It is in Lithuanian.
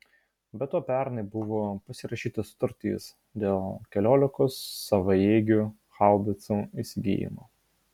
be to pernai buvo pasirašyta sutartis dėl keliolikos savaeigių haubicų įsigijimo